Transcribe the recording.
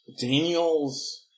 Daniel's